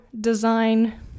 design